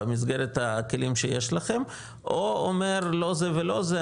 במסגרת הכלים שיש לכם או אומר: לא זה ולא זה,